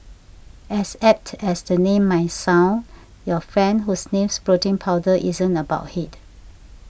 as apt as the name might sound your friend who sniffs protein powder isn't a bulkhead